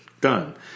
done